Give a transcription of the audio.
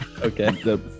Okay